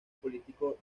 político